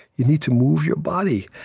you need to move your body.